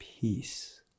peace